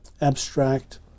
abstract